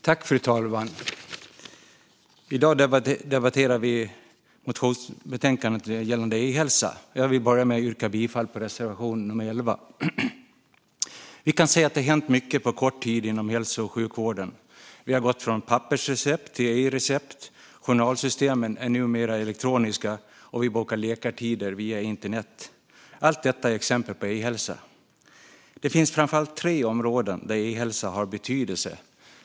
Fru talman! I dag debatterar vi motionsbetänkandet gällande e-hälsa. Jag vill börja med att yrka bifall till reservation nummer 11. Vi kan se att det har hänt mycket på kort tid inom hälso och sjukvården. Vi har gått från pappersrecept till e-recept. Journalsystemen är numera elektroniska, och vi bokar läkartider via internet. Allt detta är exempel på e-hälsa. Det finns framför allt tre områden där e-hälsa har betydelse.